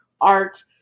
art